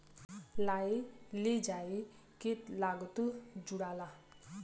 लाए ले जाए के लागतो जुड़ाला